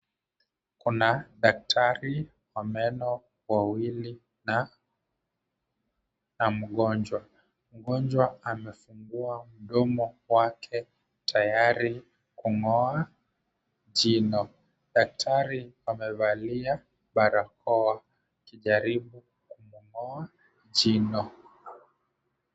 Kuna daktari wa meno wawili na, na mgonjwa. Mgonjwa amefungua mdomo wake tayari kung'oa jino. Daktari amevalia barakoa akijaribu kumng'oa jino.